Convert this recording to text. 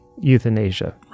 euthanasia